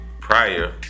prior